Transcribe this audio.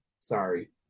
Sorry